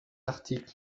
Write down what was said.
article